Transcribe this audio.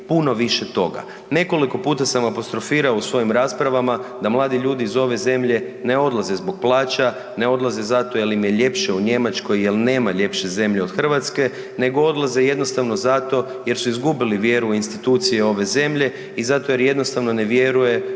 puno više toga. Nekoliko puta sam apostrofirao u svojim raspravama da mladi ljudi iz ove zemlje ne odlaze zbog plaća, ne odlaze zato jer im je ljepše u Njemačkoj jel nema ljepše od Hrvatske nego odlaze jednostavno zato jer su izgubili vjeru u institucije ove zemlje i zato jer jednostavno ne vjeruje,